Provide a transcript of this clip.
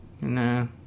No